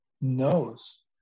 knows